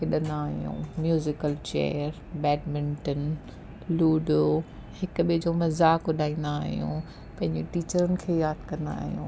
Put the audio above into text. खेॾंदा आहियूं musical chair badminton ludo हिक ॿिए जो मज़ाक उॾाईंदा आहियूं पंहिजियूं टीचरुनि खे यादि कंदा आहियूं